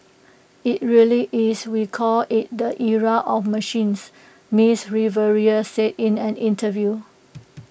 IT really is we call IT the era of machines miss Rivera said in an interview